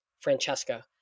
Francesca